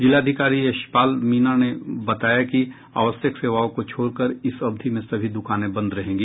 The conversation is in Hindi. जिलाधिकारी यशपाल मीणा ने बताया कि आवश्यक सेवाओं को छोड़कर इस अवधि में सभी दुकानें बंद रहेंगी